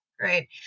right